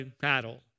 battle